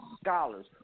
scholars